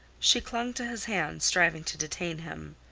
she clung to his hand, striving to detain him.